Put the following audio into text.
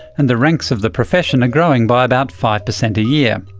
and the ranks of the profession are growing by about five percent a year.